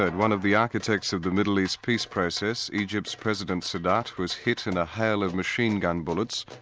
and one of the architects of the middle east peace process, egypt's president sadat who was hit in a hail of machinegun bullets,